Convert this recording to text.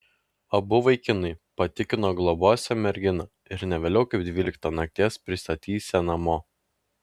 abu vaikinai patikino globosią merginą ir ne vėliau kaip dvyliktą nakties pristatysią namo